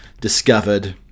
discovered